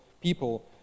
people